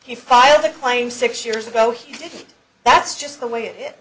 he filed a claim six years ago he did that's just the way it is